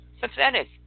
Pathetic